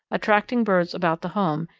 attracting birds about the home,